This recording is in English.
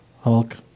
Hulk